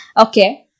Okay